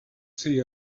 see